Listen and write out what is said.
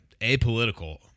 Apolitical